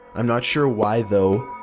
i'm not sure why though.